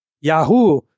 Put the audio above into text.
Yahoo